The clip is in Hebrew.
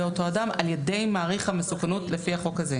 אותו אדם על ידי מעריך המסוכנות לפי החוק הזה.